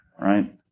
Right